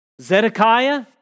Zedekiah